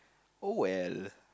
oh well